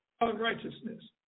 unrighteousness